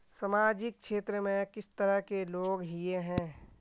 सामाजिक क्षेत्र में किस तरह के लोग हिये है?